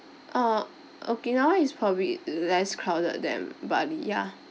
oh okinawa is probably less crowded than bali ya